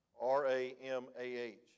R-A-M-A-H